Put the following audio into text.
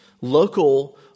local